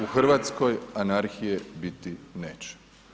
U Hrvatskoj anarhije biti neće.